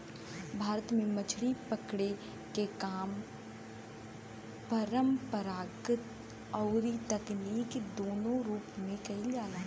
भारत में मछरी पकड़े के काम परंपरागत अउरी तकनीकी दूनो रूप से कईल जाला